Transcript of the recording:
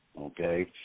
okay